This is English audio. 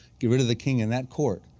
get rid of the king in that court.